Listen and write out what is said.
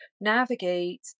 navigate